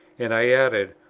and i added,